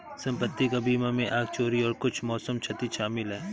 संपत्ति का बीमा में आग, चोरी और कुछ मौसम क्षति शामिल है